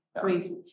great